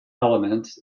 elements